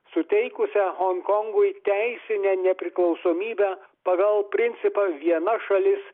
suteikusią honkongui teisinę nepriklausomybę pagal principą viena šalis